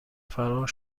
فرار